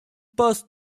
bus